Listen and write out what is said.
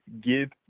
give